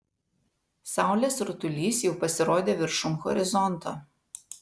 saulės rutulys jau pasirodė viršum horizonto